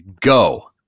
Go